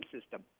system